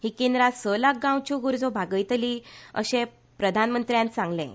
ही केंद्रां स लाख गावांच्यो गरजो भागयतलीं अशें प्रधानमंत्र्यांन सांगलें